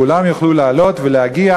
כולם יוכלו לעלות ולהגיע,